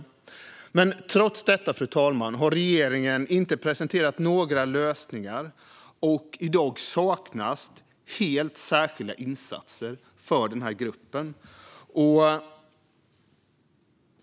Fru talman! Trots detta har regeringen inte presenterat några lösningar, och i dag saknas helt särskilda insatser för denna grupp.